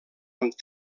amb